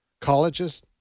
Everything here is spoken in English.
colleges